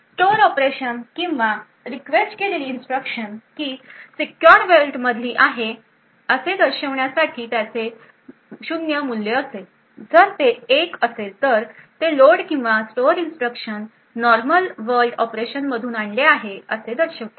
store operation किंवा request केलेली instruction की सीक्युर वर्ल्ड मधली आहे असे दर्शविण्यासाठी त्याचे शून्य मूल्य असेल जर ते 1 असेल तर ते लोड किंवा स्टोअर इन्स्ट्रक्शन नॉर्मल वर्ल्ड ऑपरेशनमधून आणले आहे असे दर्शवते